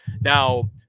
Now